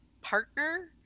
partner